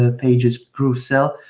ah pages groove sell,